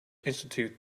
institute